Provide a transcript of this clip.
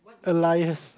alliance